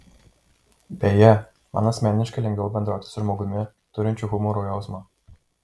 beje man asmeniškai lengviau bendrauti su žmogumi turinčiu humoro jausmą